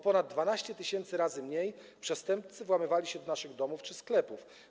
Ponad 12 tys. razy rzadziej przestępcy włamywali się do naszych domów czy sklepów.